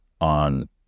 on